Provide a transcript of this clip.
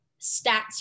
stats